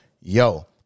yo